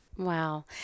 Wow